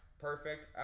perfect